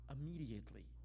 immediately